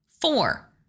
Four